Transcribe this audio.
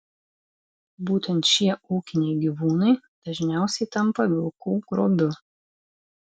būtent šie ūkiniai gyvūnai dažniausiai tampa vilkų grobiu